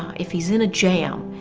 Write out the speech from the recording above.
if he's in a jam,